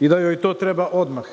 i da joj to treba odmah.